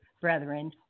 brethren